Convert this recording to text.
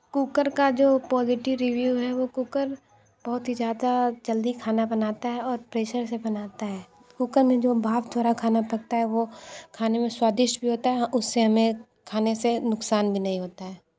cooker का जो positive review है वो कुकर बहुत ही ज़्यादा जल्दी खाना बनाता है और प्रेशर से बनाता है कुकर में जो भाप थोड़ा खाना पकता है वो खाने में स्वादिष्ट भी होता है उससे हमें खाने से नुकसान भी नहीं होता है